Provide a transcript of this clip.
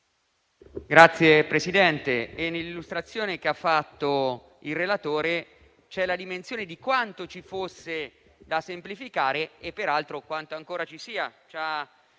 Signor Presidente, nell'illustrazione che ha fatto il relatore c'è la dimensione di quanto ci fosse da semplificare e peraltro quanto ancora ci sia.